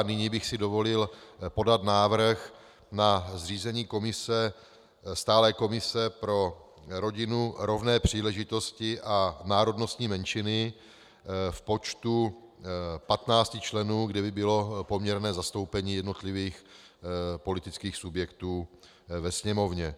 A nyní bych si dovolil podat návrh na zřízení stálé komise pro rodinu, rovné příležitosti a národnostní menšiny v počtu 15 členů, kde by bylo poměrné zastoupení jednotlivých politických subjektů ve Sněmovně.